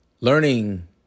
Learning